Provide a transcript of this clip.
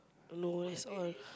no it's all